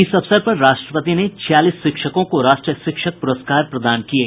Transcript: इस अवसर पर राष्ट्रपति ने छियालीस शिक्षकों को राष्ट्रीय शिक्षक पुरस्कार प्रदान किये